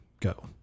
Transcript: go